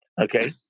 Okay